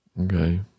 Okay